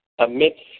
Amidst